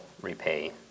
repay